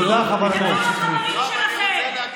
תודה, חברת הכנסת שטרית.